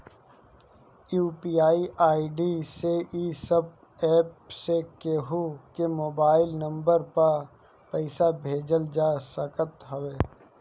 UPI ID से इ सब एप्प से केहू के मोबाइल नम्बर पअ पईसा भेजल जा सकत हवे